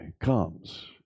comes